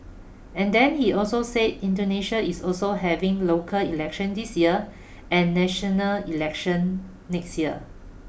and then he also said Indonesia is also having local elections this year and national elections next year